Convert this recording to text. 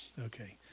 okay